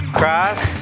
cross